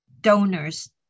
donors